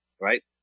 right